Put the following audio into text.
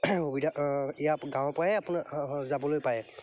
সুবিধা ইয়াত গাঁৱৰ পৰাই আপোনাৰ যাবলৈ পায়